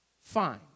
Fine